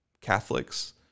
Catholics